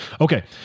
Okay